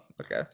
okay